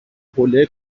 حوله